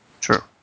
True